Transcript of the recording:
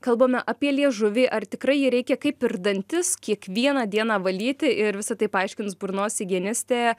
kalbame apie liežuvį ar tikrai jį reikia kaip ir dantis kiekvieną dieną valyti ir visa tai paaiškins burnos higienistė